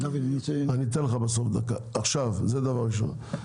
זה הדבר הראשון.